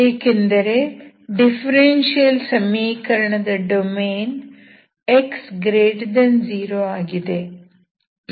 ಏಕೆಂದರೆ ಡಿಫರೆನ್ಸಿಯಲ್ ಸಮೀಕರಣದ domain x0 ಆಗಿದೆ